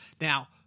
Now